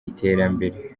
iterambere